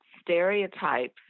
stereotypes